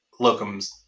locums